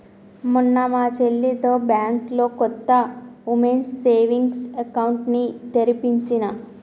మొన్న మా చెల్లితో బ్యాంకులో కొత్త వుమెన్స్ సేవింగ్స్ అకౌంట్ ని తెరిపించినా